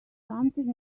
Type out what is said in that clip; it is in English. something